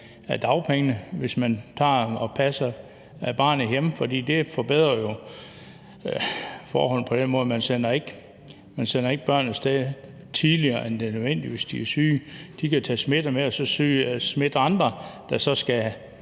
af dagpengene, hvis man passer barnet hjemme, for det forbedrer jo forholdene på den måde, at man ikke sender børnene af sted tidligere, end det er nødvendigt, hvis de er syge. De kan tage smitte med og smitte andre, hvor